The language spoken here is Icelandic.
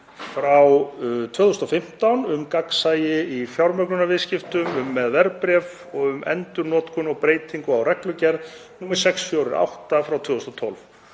frá 2015 um gagnsæi í fjármögnunarviðskiptum með verðbréf og um endurnotkun og breytingu á reglugerð nr. 648/2012.